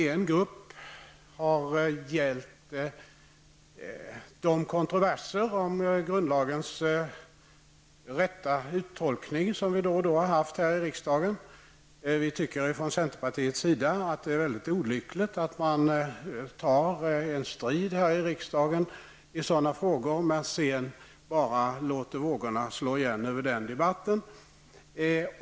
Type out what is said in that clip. En grupp har gällt de kontroverser om grundlagens rätta uttolkning som vi har haft här i riksdagen då och då. Vi tycker att det är mycket olyckligt att man tar en strid här i riksdagen i sådana frågor och sedan bara låter vågorna slå igen över den debatten.